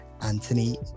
Anthony